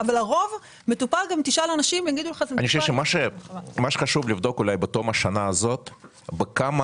אני חושב שמה שחשוב לבדוק בתום השנה הזאת בכמה